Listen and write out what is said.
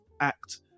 act